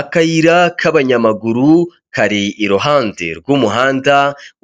Akayira k'abanyamaguru kari iruhande rw'umuhanda